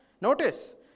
notice